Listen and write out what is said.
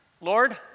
Lord